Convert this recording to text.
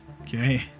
Okay